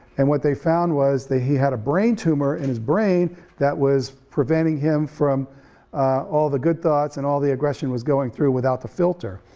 and what they found was that he had a brain tumor in his brain that was preventing him from all the good thoughts, and all the aggression was going through without the filter.